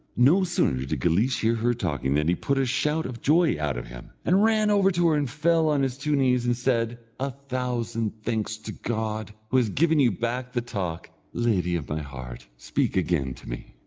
no sooner did guleesh hear her talking than he put a shout of joy out of him, and ran over to her and fell on his two knees, and said a thousand thanks to god, who has given you back the talk lady of my heart, speak again to me.